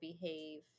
behave